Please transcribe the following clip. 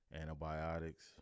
antibiotics